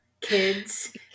kids